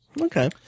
Okay